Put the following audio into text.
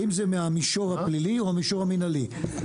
האם זה מהמישור הפלילי או מהמישור המנהלי?